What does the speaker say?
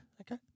okay